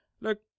look